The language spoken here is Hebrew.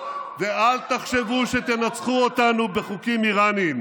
ואל תחשבו שתנצחו אותנו בחוקים איראניים.